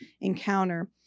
encounter